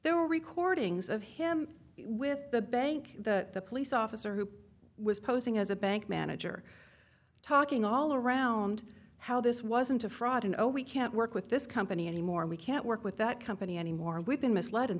were recordings of him with the bank the police officer who was posing as a bank manager talking all around how this wasn't a fraud you know we can't work with this company anymore and we can't work with that company anymore we've been misled and